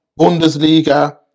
Bundesliga